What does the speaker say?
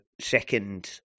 second